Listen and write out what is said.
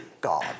God